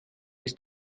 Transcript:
ist